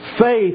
Faith